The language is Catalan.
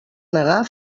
negar